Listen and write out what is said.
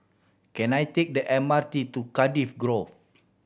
can I take the M R T to Cardiff Grove